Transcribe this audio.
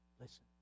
listen